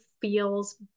feels